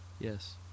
Yes